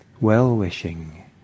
well-wishing